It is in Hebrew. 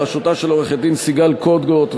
בראשותה של עורכת-הדין סיגל קוגוט,